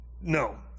No